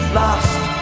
lost